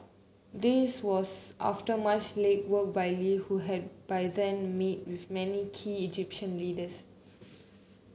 this was after much legwork by Lee who had by then meet with many key Egyptian leaders